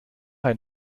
ein